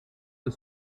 the